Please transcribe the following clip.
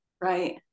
Right